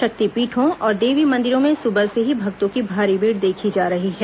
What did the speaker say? शक्तिपीठों और देवी मंदिरों में सुबह से ही भक्तों की भारी भीड़ देखी जा रही है